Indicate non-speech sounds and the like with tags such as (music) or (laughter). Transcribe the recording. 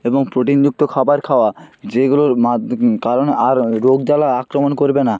এবং প্রোটিনযুক্ত খাবার খাওয়া যেগুলোর (unintelligible) কারণে আর রোগজ্বালা আক্রমণ করবে না